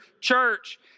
church